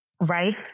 right